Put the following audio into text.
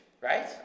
right